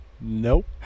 Nope